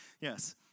yes